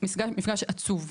מפגש עצוב.